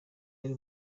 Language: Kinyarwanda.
yari